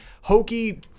hokey